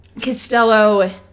Costello